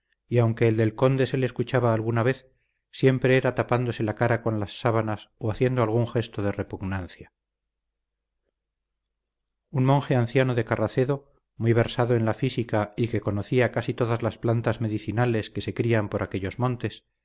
y aunque el del conde se le escuchaba alguna vez siempre era tapándose la cara con las sábanas o haciendo algún gesto de repugnancia un monje anciano de carracedo muy versado en la física y que conocía casi todas las plantas medicinales que se crían por aquellos montes